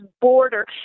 border